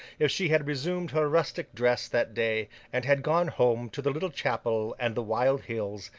if she had resumed her rustic dress that day, and had gone home to the little chapel and the wild hills,